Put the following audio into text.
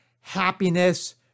happiness